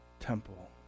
temple